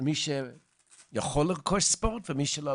כלומר מי שיכול לרכוש ספורט ומי שלא.